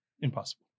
Impossible